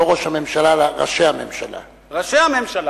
לא "ראש הממשלה" אלא "ראשי הממשלה".